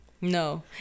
no